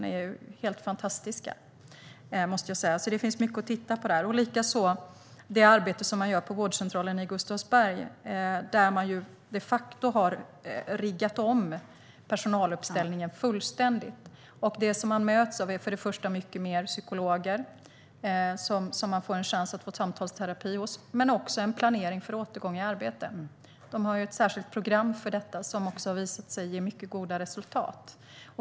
Det är helt fantastiskt. Det finns mycket att titta på där liksom på det arbete som görs på vårdcentralen i Gustavsberg, där de de facto har riggat om personaluppsättningen fullständigt. Det som man möts av är först och främst mycket fler psykologer, som man får en chans att få samtalsterapi hos, men också en planering för återgång i arbete. De har ju ett särskilt program för detta som har visat sig ge mycket goda resultat.